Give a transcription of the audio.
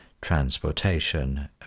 transportation